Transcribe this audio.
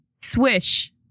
Swish